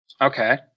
Okay